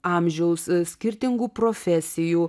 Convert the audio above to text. amžiaus skirtingų profesijų